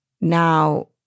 now